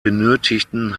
benötigten